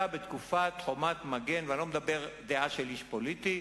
בתקופת "חומת מגן" אני לא אומר דעה של איש פוליטי,